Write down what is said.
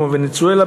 כמו ונצואלה,